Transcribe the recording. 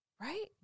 Right